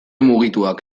mugituak